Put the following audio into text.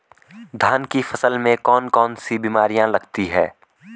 धान की फसल में कौन कौन सी बीमारियां लगती हैं?